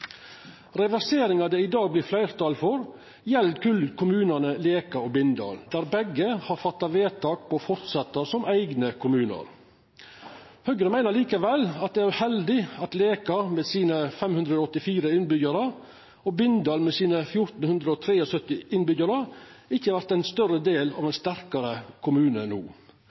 Reverseringa det i dag vert fleirtal for, gjeld berre kommunane Leka og Bindal, der begge har fatta vedtak om å fortsetja som eigne kommunar. Høgre meiner likevel det er uheldig at Leka, med sine 584 innbyggjarar, og Bindal, med sine 1 473 innbyggjarar, ikkje vert ein del av ein større og sterkare kommune no.